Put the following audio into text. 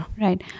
Right